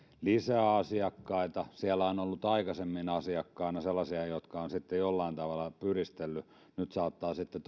lisää asiakkaita siellä on ollut aikaisemmin asiakkaina sellaisia jotka ovat sitten jollain tavalla pyristelleet nyt saattaa sitten